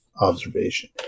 observation